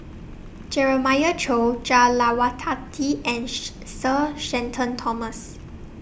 Jeremiah Choy Jah Lelawati and Sir Shenton Thomas